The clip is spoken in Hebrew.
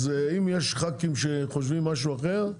אז אם יש ח"כים שחושבים משהו אחר,